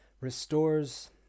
restores